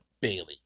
Bailey